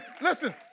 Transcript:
Listen